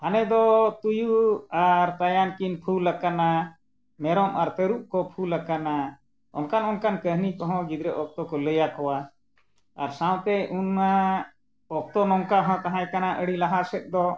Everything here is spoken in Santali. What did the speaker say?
ᱦᱟᱱᱮ ᱫᱚ ᱛᱩᱭᱩ ᱟᱨ ᱛᱟᱭᱟᱱ ᱠᱤᱱ ᱯᱷᱩᱞ ᱟᱠᱟᱱᱟ ᱢᱮᱨᱚᱢ ᱟᱨ ᱛᱟᱹᱨᱩᱵ ᱠᱚ ᱯᱷᱩᱞ ᱟᱠᱟᱱᱟ ᱚᱱᱠᱟᱱ ᱚᱱᱠᱟᱱ ᱠᱟᱹᱦᱱᱤ ᱠᱚᱦᱚᱸ ᱜᱤᱫᱽᱨᱟᱹ ᱚᱠᱛᱚ ᱠᱚ ᱞᱟᱹᱭᱟᱠᱚᱣᱟ ᱟᱨ ᱥᱟᱶᱛᱮ ᱩᱱᱢᱟ ᱚᱠᱛᱚ ᱱᱚᱝᱠᱟ ᱦᱚᱸ ᱛᱟᱦᱮᱸ ᱠᱟᱱᱟ ᱟᱹᱰᱤ ᱞᱟᱦᱟ ᱥᱮᱫ ᱫᱚ